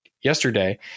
yesterday